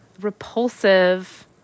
repulsive